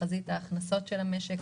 תחזית ההכנסות של המשק,